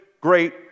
great